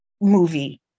movie